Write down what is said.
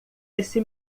esse